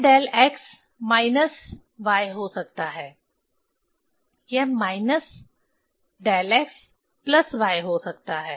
यह del x minus y हो सकता है यह माइनस x प्लस y हो सकता है